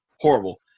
horrible